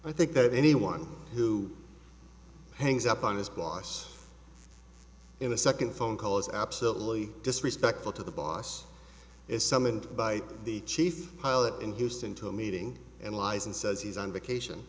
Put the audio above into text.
i think that anyone who hangs up on his boss in a second phone call is absolutely disrespectful to the boss is summoned by the chief pilot in houston to a meeting and lies and says he's on vacation